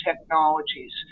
technologies